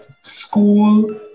school